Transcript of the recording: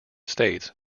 states